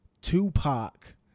Tupac